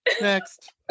next